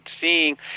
seeing